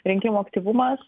rinkimų aktyvumas